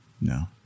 No